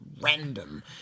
random